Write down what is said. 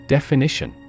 Definition